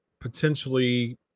potentially